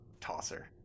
tosser